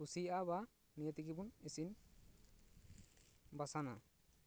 ᱠᱩᱥᱤᱭᱟᱜᱼᱟ ᱵᱟ ᱱᱤᱭᱟᱹ ᱛᱮᱜᱮ ᱵᱚᱱ ᱤᱥᱤᱱ ᱵᱟᱥᱟᱝᱼᱟ